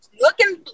looking